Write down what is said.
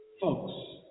folks